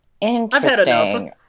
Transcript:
Interesting